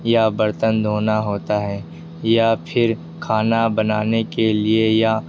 یا برتن دھونا ہوتا ہے یا پھر کھانا بنانے کے لیے یا